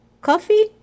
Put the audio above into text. coffee